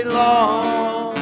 long